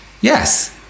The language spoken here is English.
yes